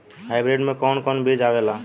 Hybrid में कोवन कोवन बीज आवेला?